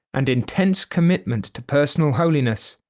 and intense commitment to personal holiness.